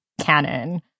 canon